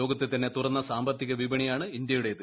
ലോകത്തെ തന്നെ തുറന്ന സാമ്പത്തിക വിപണിയാണ് ഇന്ത്യയുടേത്